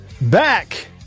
Back